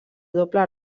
doble